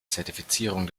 zertifizierung